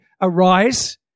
arise